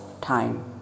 time